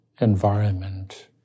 environment